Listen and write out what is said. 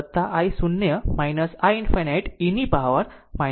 i ∞ i 0 i ∞ e ની power tau